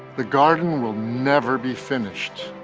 the garden will never be finished.